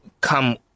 come